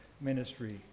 ministry